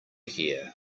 hear